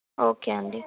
okay అండి